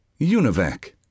UNIVAC